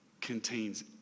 contains